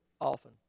often